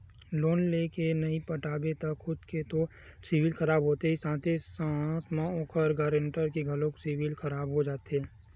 loan लेय के नइ पटाबे त खुद के तो सिविल खराब होथे साथे म ओखर गारंटर के घलोक सिविल खराब हो जाथे